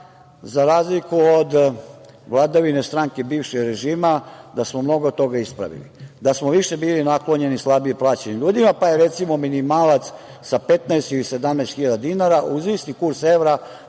za razliku od vladavine stranke bivšeg režima, mnogo toga ispravili. Više smo bili naklonjeni slabije plaćenim ljudima, pa je, recimo, minimalac sa 15 ili 17 hiljada dinara, uz isti kurs evra,